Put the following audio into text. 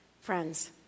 friends